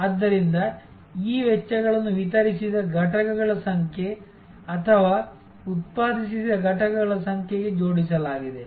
ಆದ್ದರಿಂದ ಈ ವೆಚ್ಚಗಳನ್ನು ವಿತರಿಸಿದ ಘಟಕಗಳ ಸಂಖ್ಯೆ ಅಥವಾ ಉತ್ಪಾದಿಸಿದ ಘಟಕಗಳ ಸಂಖ್ಯೆಗೆ ಜೋಡಿಸಲಾಗಿದೆ